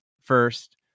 first